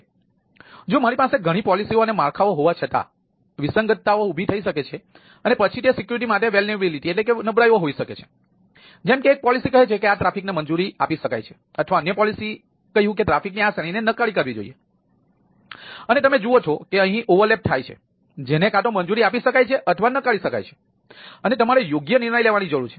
તેથી જો મારી પાસે ઘણી પોલિસીઓ અને માળખાઓ હોવા છતાં વિસંગતતાઓ છે જેને કાં તો મંજૂરી આપી શકાય છે અથવા નકારી શકાય છે અને તમારે યોગ્ય નિર્ણય લેવાની જરૂર છે